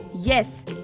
Yes